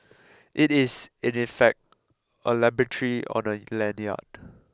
it is in effect a laboratory on a lanyard